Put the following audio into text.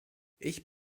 ich